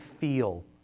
feel